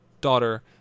daughter